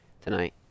tonight